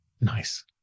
Nice